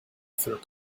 through